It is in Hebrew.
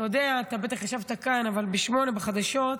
אתה יודע, אתה בטח ישבת כאן, אבל ב-20:00, בחדשות,